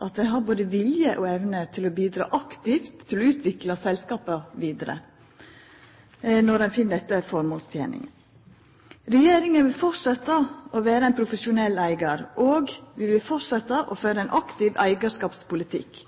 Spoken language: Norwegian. at ho har både vilje og evne til å bidra aktivt til å utvikla selskapa vidare når ein finn dette formålstenleg. Regjeringa vil fortsetja med å vera ein profesjonell eigar og å føra ein aktiv eigarskapspolitikk,